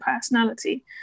personality